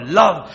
love